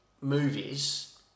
movies